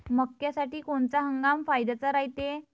मक्क्यासाठी कोनचा हंगाम फायद्याचा रायते?